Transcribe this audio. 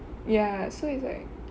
ya so it's like